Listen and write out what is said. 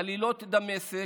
עלילות דמשק,